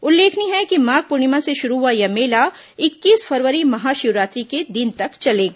उल्लेखनीय है कि माघ पूर्णिमा से शुरू हुआ यह मेला इक्कीस फरवरी महाशिवरात्रि के दिन तक चलेगा